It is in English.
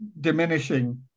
diminishing